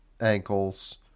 ankles